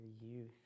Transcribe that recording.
youth